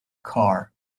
car